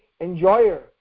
enjoyer